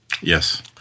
Yes